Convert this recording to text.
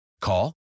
Call